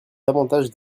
davantage